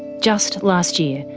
just last year,